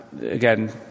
again